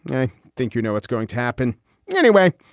i think you know what's going to happen anyway.